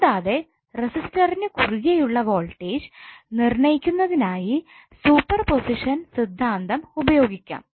കൂടാതെ റെസിസ്റ്റ്റിനു കുറുകെയുള്ള വോൾട്ടേജ് നിർണയിക്കുന്നതിനായി സൂപ്പർപൊസിഷൻ സിദ്ധാന്തം ഉപയോഗിക്കാം